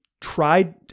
tried